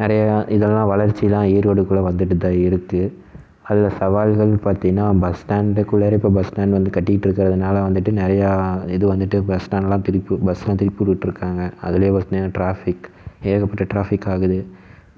நிறையா இதெல்லாம் வளர்ச்சி தான் ஈரோடுக்குள்ளே வந்துட்டு தான் இருக்குது அதில் சவால்கள் பார்த்தீங்னா பஸ் ஸ்டாண்டுக்குள்ளாரே இப்போ பஸ் ஸ்டாண்ட் வந்து கட்டிக்கிட்டிருக்கறதுனால வந்துட்டு நிறையா இது வந்துட்டு பஸ் ஸ்டாண்டெல்லாம் திருப்பி பஸ்ஸெல்லாம் திருப்பி விட்டுட்ருக்காங்க அதிலே ட்ராஃபிக் ஏகப்பட்ட ட்ராஃபிக் ஆகுது